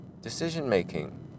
decision-making